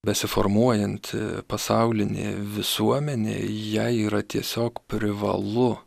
besiformuojanti pasaulinė visuomenė jai yra tiesiog privalu